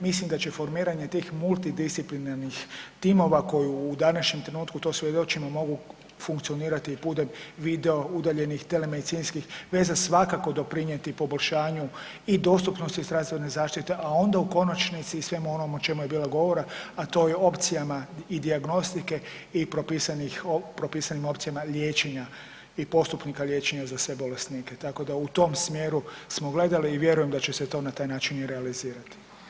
Mislim da će formiranje tih multidisciplinarnih timova koju u današnjem trenutku to svjedočimo mogu funkcionirati i putem video udaljenih telemedicinskih veza svakako doprinjeti poboljšanju i dostupnosti zdravstvene zaštite, a onda u konačnici i svemu onom o čemu je bilo govora, a to je opcijama i dijagnostike i propisanih, propisanim opcijama liječenja i postupnika liječenja za sve bolesnike, tako da u tom smjeru smo gledali i vjerujem da će se to na taj i realizirati.